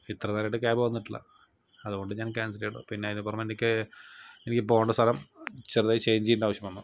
ഇത്രയും നേരായിട്ടും ക്യാബ് വന്നട്ടില്ല അതുകൊണ്ട് ഞാൻ ക്യാൻസലെയ്യാട്ടോ പിന്നെ ഇതിന് പുറമെ എനിക്ക് എനിക്ക് പോകണ്ട സ്ഥലം ചെറുതായി ചേഞ്ച് ചെയ്യേണ്ട ആവശ്യം വന്നു